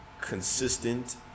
Consistent